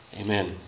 amen